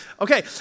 Okay